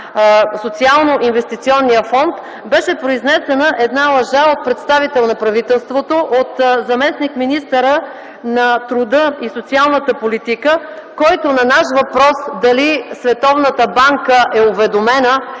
Социално-инвестиционния фонд, беше произнесена една лъжа от представител на правителството, от заместник-министъра на труда и социалната политика, който на наш въпрос: дали Световната